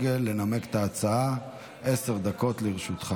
אושרה בקריאה טרומית ותעבור להכנה לקריאה ראשונה